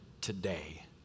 today